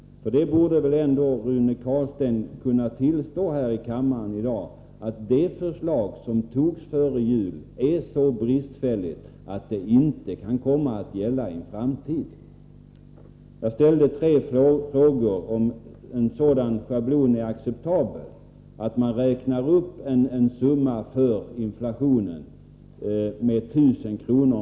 Rune Carlstein borde ändå kunna tillstå i kammaren i dag att det förslag som antogs före jul är så bristfälligt att det inte kan komma att gälla i en framtid. Jag ställde tre frågor till Rune Carlstein. En fråga gällde om det är acceptabelt med en schablon där man med hänsyn till inflationen räknar upp en summa med 1 000 kr.